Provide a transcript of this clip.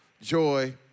joy